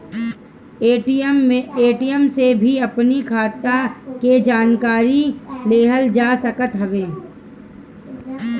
ATM से भी अपनी खाता के जानकारी लेहल जा सकत हवे